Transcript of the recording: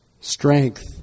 strength